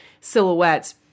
silhouettes